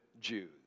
Jews